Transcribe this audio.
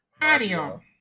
Mario